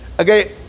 Okay